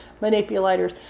manipulators